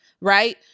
Right